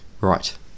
Right